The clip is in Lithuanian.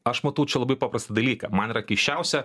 aš matau čia labai paprastą dalyką man yra keisčiausia